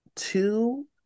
two